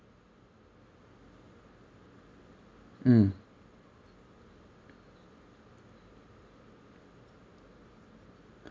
mm